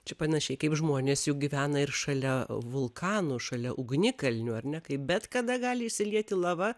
čia panašiai kaip žmonės juk gyvena ir šalia vulkanų šalia ugnikalnių ar ne kaip bet kada gali išsilieti lava